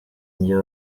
njye